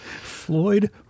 Floyd